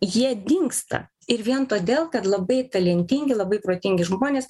jie dingsta ir vien todėl kad labai talentingi labai protingi žmonės